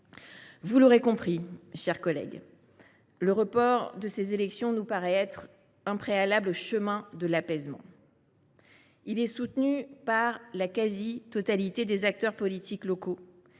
Vous l’aurez compris, mes chers collègues, le report de ces élections nous paraît un préalable au chemin de l’apaisement. Il est soutenu par la quasi totalité des acteurs politiques locaux